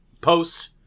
post